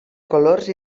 colors